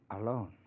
Alone